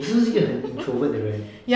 你是不是一个很 introvert 的人